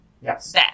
Yes